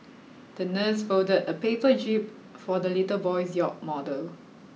the nurse folded a paper jib for the little boy's yacht model